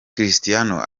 cristiano